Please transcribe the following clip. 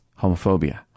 homophobia